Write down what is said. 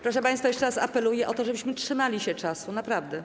Proszę państwa, jeszcze raz apeluję o to, żebyśmy trzymali się czasu, naprawdę.